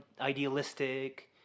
idealistic